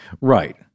Right